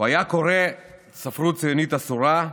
הוא היה קורא ספרות ציונית אסורה,